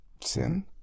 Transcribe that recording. sin